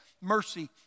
mercy